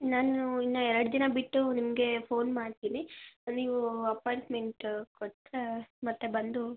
ನಾನು ಇನ್ನು ಎರಡು ದಿನ ಬಿಟ್ಟು ನಿಮ್ಗೆ ಫೋನ್ ಮಾಡ್ತೀನಿ ನೀವು ಅಪಾಯಿಂಟ್ಮೆಂಟು ಕೊಟ್ಟರೇ ಮತ್ತೆ ಬಂದು